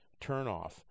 turnoff